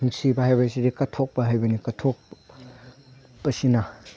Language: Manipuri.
ꯅꯨꯡꯁꯤꯕ ꯍꯥꯏꯕꯁꯤꯗꯤ ꯀꯠꯊꯣꯛꯄ ꯍꯥꯏꯕꯅꯤ ꯀꯠꯊꯣꯛꯄꯁꯤꯅ